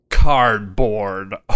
Cardboard